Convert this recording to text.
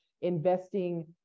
investing